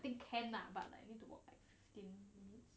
I think can lah but like me to walk at fifteen minutes